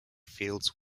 fields